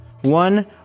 One